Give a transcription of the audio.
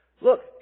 Look